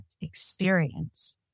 experience